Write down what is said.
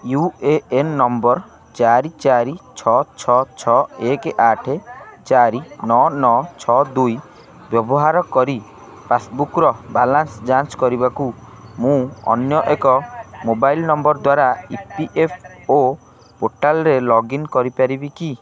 you A N number ଚାରି ଚାରି ଛଅ ଛଅ ଛଅ ଏକ ଆଠ ଚାରି ନଅ ନଅ ଛଅ ଦୁଇ ବ୍ୟବହାର କରି ପାସ୍ବୁକ୍ର ବାଲାନ୍ସ ଯାଞ୍ଚ୍ କରିବାକୁ ମୁଁ ଅନ୍ୟ ଏକ ମୋବାଇଲ୍ ନମ୍ବର୍ ଦ୍ଵାରା ଇ ପି ଏଫ୍ ପୋର୍ଟାଲ୍ରେ ଲଗ୍ଇନ୍ କରିପାରିବି କି